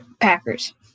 Packers